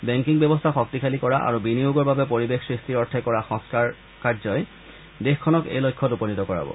banking ব্যৱস্থা শক্তিশালী কৰা আৰু বিনিয়োগৰ বাবে পৰিৱেশ সৃষ্টিৰ অৰ্থে কৰ সংস্থাৰ কৰা কাৰ্যই দেশখনক এই লক্ষ্যত উপনীত কৰাব